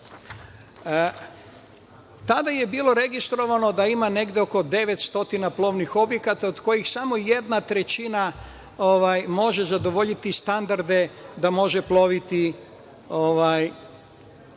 Tada je bilo registrovano da ima negde oko 900 plovnih objekata, a od kojih samo 1/3 može zadovoljiti standarde da može ploviti normalno